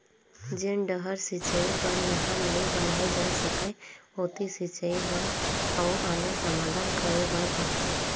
जेन डहर सिंचई बर नहर नइ बनाए जा सकय ओती सिंचई बर अउ आने साधन करे बर परथे